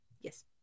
Yes